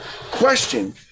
question